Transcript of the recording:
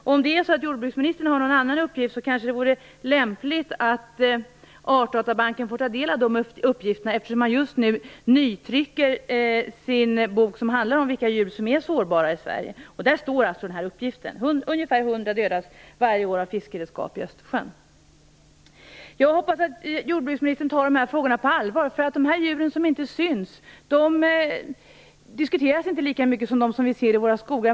Om jordbruksministern har någon annan uppgift kanske det vore lämpligt att Artdatabanken får ta del av de uppgifterna, eftersom man just nu nytrycker sin bok som handlar om vilka djur som är sårbara i Sverige. Där står denna uppgift att ungefär hundra dödas varje år av fiskeredskap i Östersjön. Jag hoppas att jordbruksministern tar dessa frågor på allvar. De djur som inte syns diskuteras inte lika mycket som de som vi ser i våra skogar.